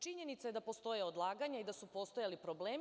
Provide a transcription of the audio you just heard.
Činjenica je da postoje odlaganja i da su postojali problemi.